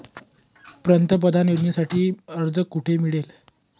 पंतप्रधान योजनेसाठी अर्ज कुठे मिळेल?